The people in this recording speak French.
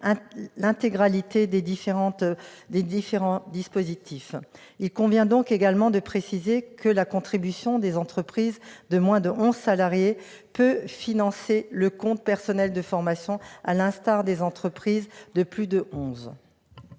l'intégralité des différents dispositifs. Il convient également d'indiquer que la contribution des entreprises de moins de onze salariés peut financer le compte personnel de formation, comme c'est le cas pour les entreprises de plus de